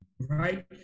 right